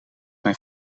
mijn